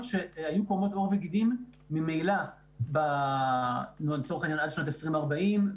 שהיו קורמות עור וגידים ממילא עד שנת 2040,